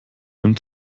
dem